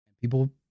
People